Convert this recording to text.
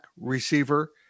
receiver